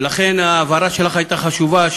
ולכן ההבהרה שלך הייתה חשובה,